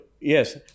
yes